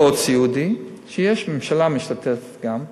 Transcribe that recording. קוד סיעודי, שהממשלה משתתפת גם,